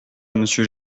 monsieur